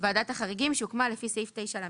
ועדת חריגים לניידות שהוקמה לפי סעיף 9לז,